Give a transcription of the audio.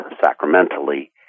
sacramentally